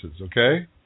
okay